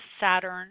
Saturn